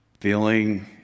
Feeling